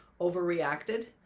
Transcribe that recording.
overreacted